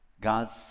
God's